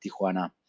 Tijuana